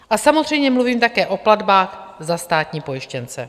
A samozřejmě mluvím také o platbách za státní pojištěnce.